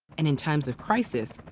and in times of crisis,